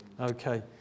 Okay